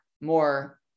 more